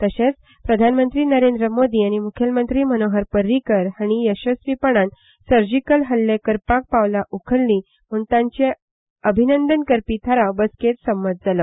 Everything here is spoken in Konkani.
तशेंच प्रधानमंत्री नरेंद्र मोदी आनी मुखेलमंत्री मनोहर पर्रीकार हांणी येसस्वीपणान सर्जीकल हल्ले करपाक पावलां उखल्ली म्हण तांचे अभिनंदन करपी थाराव बसकेंत संमत जालो